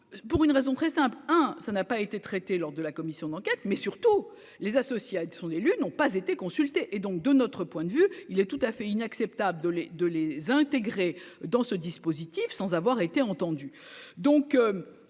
pour une raison très simple, hein, ça n'a pas été traité lors de la commission d'enquête, mais surtout les associations d'élus n'ont pas été consultés, et donc de notre point de vue, il est tout à fait inacceptable de les, de les intégrer dans ce dispositif, sans avoir été entendu